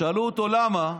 שאלו אותו: למה?